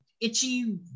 itchy